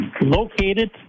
located